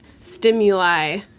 stimuli